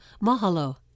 Mahalo